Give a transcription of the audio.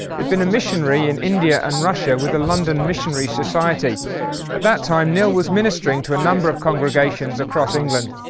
who'd been a missionary in india and russia with a london missionary society. at that time knill was ministering to a number of congregations across england.